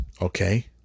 Okay